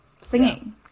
singing